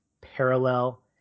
parallel